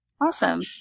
awesome